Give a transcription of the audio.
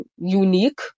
unique